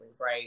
right